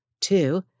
two